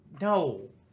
No